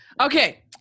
Okay